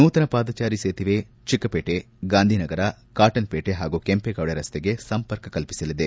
ನೂತನ ಪಾದಜಾರಿ ಸೇತುವೆ ಚಿಕ್ಕಪೇಟೆ ಗಾಂಧಿನಗರ ಕಾಟನ್ ಪೇಟೆ ಪಾಗೂ ಕೆಂಪೇಗೌಡ ರಸ್ತೆಗೆ ಸಂಪರ್ಕ ಕಲ್ಪಿಸಿದೆ